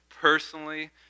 personally